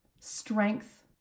strength